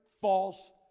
false